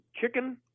chicken